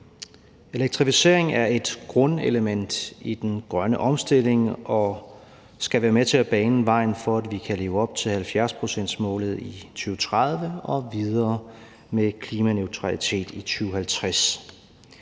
Elektrificering er et grundelement i den grønne omstilling og skal være med til at bane vejen for, at vi kan leve op til 70-procentsmålet i 2030 og videre mod klimaneutralitet i 2050.